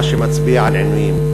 מה שמצביע על עינויים.